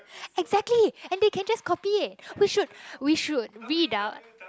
exactly and then they can just copy we should we should read out